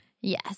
Yes